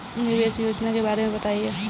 निवेश योजना के बारे में बताएँ?